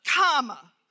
comma